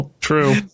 True